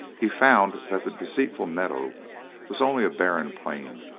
he found that the deceitful meadow was only a barren plain,